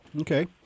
Okay